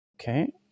Okay